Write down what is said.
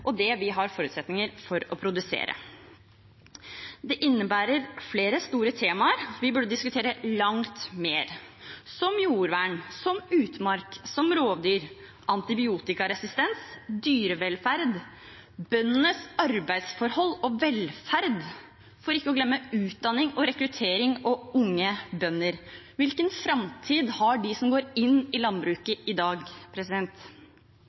og det vi har forutsetninger for å produsere. Det innebærer flere store temaer vi burde diskutere langt mer – som jordvern, utmark, rovdyr, antibiotikaresistens, dyrevelferd, bøndenes arbeidsforhold og velferd, for ikke å glemme utdanning og rekruttering av unge bønder. Hvilken framtid har de som går inn i